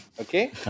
Okay